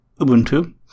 Ubuntu